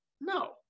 no